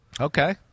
Okay